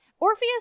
Orpheus